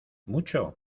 mucho